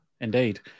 Indeed